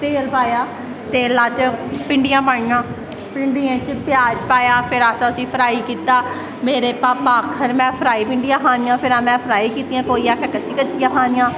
तेल पाया तेल्ला च भिंडियां पाइयां भिंडियें च प्याज पाया फिर असैं उसी फ्राई कीता मेरे भापा आखन में फ्राई भिंडियां खानियां फिर में फ्राई कीतियां कोई आक्खै कच्चियां कच्चियां खानियां